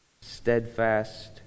steadfast